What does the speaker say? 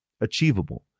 Achievable